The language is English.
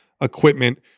equipment